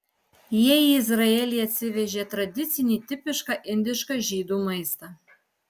jie į izraelį atsivežė tradicinį tipišką indišką žydų maistą